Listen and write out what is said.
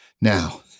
Now